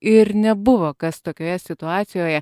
ir nebuvo kas tokioje situacijoje